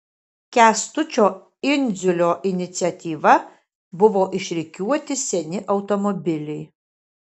kęstučio indziulo iniciatyva buvo išrikiuoti seni automobiliai